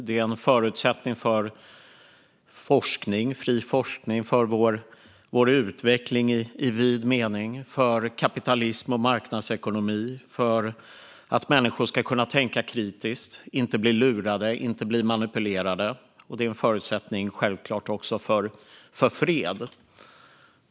Den är en förutsättning för fri forskning, för vår utveckling i vid mening och för kapitalism och marknadsekonomi. Den är en förutsättning för att människor ska kunna tänka kritiskt och inte bli lurade och manipulerade. Den är självklart också en förutsättning för fred.